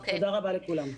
תודה רבה לכולם.